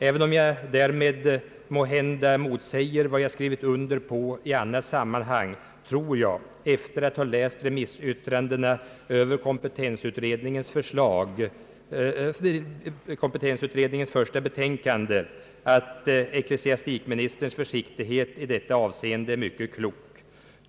Även om jag därmed måhända motsäger vad jag skrivit under på i annat sammanhang tror jag, efter att ha läst remissyttrandena över kompetensutredningens första betänkande, att ecklesiastikministerns försiktighet i detta avseende är mycket klok.